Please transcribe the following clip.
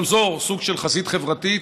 גם זה סוג של חזית חברתית,